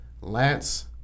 Lance